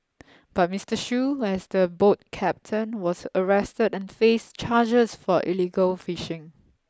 but Mister Shoo as the boat captain was arrested and faced charges for illegal fishing